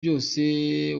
vyose